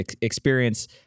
experience